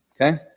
Okay